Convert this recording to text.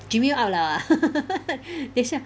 Gimy out liao ah 等一下